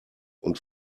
und